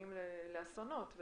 שמביאים לאסונות.